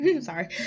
sorry